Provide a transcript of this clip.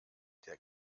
der